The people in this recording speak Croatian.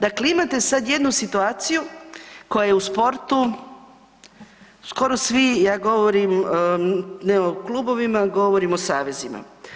Dakle, imate sad jednu situaciju koja je u sportu skoro svi, ja govorim ne o klubovima govorim o savezima.